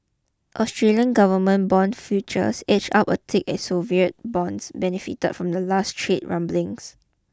Australian government bond futures edged up a tick as sovereign bonds benefited from the latest trade rumblings